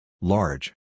Large